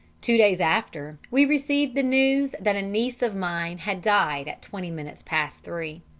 two days after we received the news that a niece of mine had died at twenty minutes past three.